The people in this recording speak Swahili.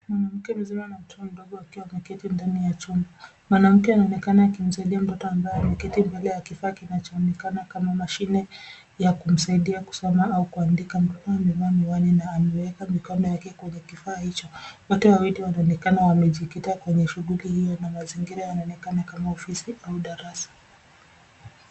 Mwanamke mzima na mtoto mdogo wakiwa wameketi ndani ya chumba. Mwanamke anaonekana akimsaidia mtoto ambaye ameketi mbele ya kifaa kinachonekana kama mashine ya kumsaidia kusoma au kuandika akiwa amevaa miwani na ameweka mikono yake kwenye kifaa hicho. Wote wawili wanaonekana wamejikita kwenye shughuli hiyo. Mazingira inaonekana kama ofisi au darasa.